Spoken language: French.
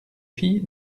fille